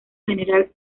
general